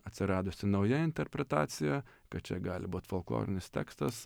atsiradusi nauja interpretacija kad čia gali būt folklorinis tekstas